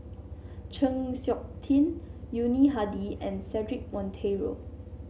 Chng Seok Tin Yuni Hadi and Cedric Monteiro